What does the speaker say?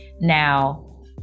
now